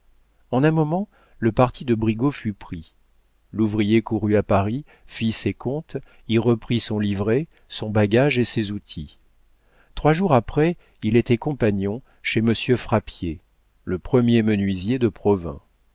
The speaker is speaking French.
en un moment le parti de brigaut fut pris l'ouvrier courut à paris fit ses comptes y reprit son livret son bagage et ses outils trois jours après il était compagnon chez monsieur frappier le premier menuisier de provins